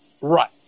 Right